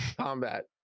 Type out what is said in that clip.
combat